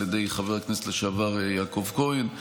על ידי חבר הכנסת לשעבר יעקב כהן.